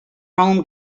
home